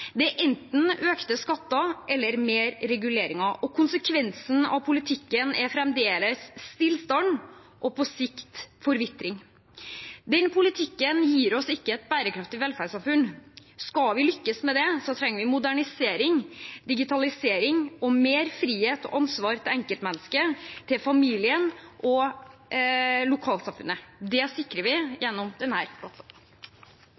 Det er enten økte skatter eller mer reguleringer, og konsekvensen av politikken er fremdeles stillstand og på sikt forvitring. Den politikken gir oss ikke et bærekraftig velferdssamfunn. Skal vi lykkes med det, trenger vi modernisering, digitalisering og mer frihet og ansvar til enkeltmennesket, til familien og til lokalsamfunnet. Det sikrer vi